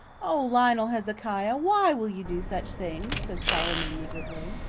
o lionel hezekiah, why will you do such things? said salome miserably.